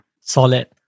Solid